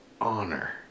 honor